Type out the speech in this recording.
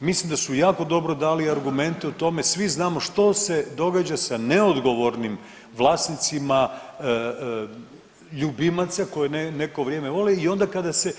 Mislim da jako dobro dali argumente o tome, svi znamo što se događa sa neodgovornim vlasnicima ljubimaca koje neko vrijeme vole i onda kada se